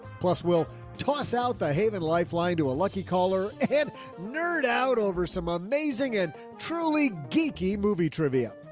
plus we'll toss out the haven lifeline to a lucky color and nerd out over some amazing and truly geeky movie trivia.